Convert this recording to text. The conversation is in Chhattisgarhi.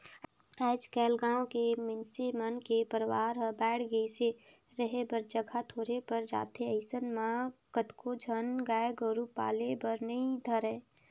आयज कायल गाँव के मइनसे मन के परवार हर बायढ़ गईस हे, रहें बर जघा थोरहें पर जाथे अइसन म कतको झन ह गाय गोरु पाले बर नइ धरय